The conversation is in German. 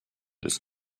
des